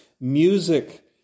music